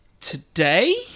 today